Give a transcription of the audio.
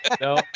no